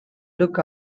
look